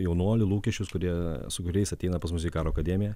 jaunuolių lūkesčius kurie su kuriais ateina pas mus į karo akademiją